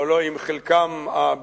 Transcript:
או לא עם חלקם הביצועי,